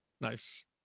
Nice